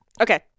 Okay